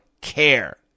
care